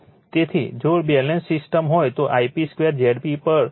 જો તે balance system હોય તો Ip2 Zp પર ફેઝ 3 છે